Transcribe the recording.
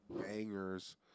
bangers